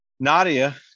Nadia